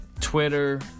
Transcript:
Twitter